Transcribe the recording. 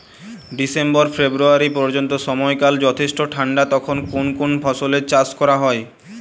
December February পর্যন্ত সময়কাল যথেষ্ট ঠান্ডা তখন কোন কোন ফসলের চাষ করা হয়?